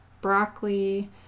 broccoli